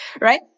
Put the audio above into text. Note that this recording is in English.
Right